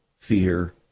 fear